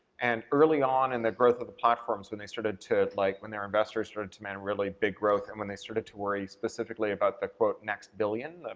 and early on in the growth of the platforms when they started to, like, when their investors started to demand really big growth and when they started to worry specifically about the quote next billion,